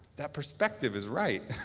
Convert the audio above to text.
that perspective is right.